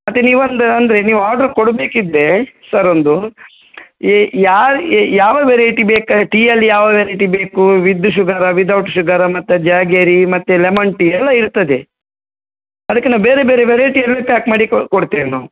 ಮತ್ತೆ ನೀವೊಂದು ಅಂದರೆ ನೀವು ಆರ್ಡ್ರ್ ಕೊಡಬೇಕಿದ್ರೆ ಸರ್ ಒಂದು ಈ ಯಾ ಈ ಯಾವ ವೆರೈಟಿ ಬೇಕು ಟೀ ಅಲ್ಲಿ ಯಾವ ವೆರೈಟಿ ಬೇಕು ವಿದ್ ಶುಗರಾ ವಿದೌಟ್ ಶುಗರಾ ಮತ್ತೆ ಜ್ಯಾಗೇರಿ ಮತ್ತೆ ಲೆಮನ್ ಟೀ ಎಲ್ಲ ಇರ್ತದೆ ಅದಕ್ಕೆ ನಾವು ಬೇರೆ ಬೇರೆ ವೆರೈಟಿಯಲ್ಲೆ ಪ್ಯಾಕ್ ಮಾಡಿ ಕೊಡ್ತೇವೆ ನಾವು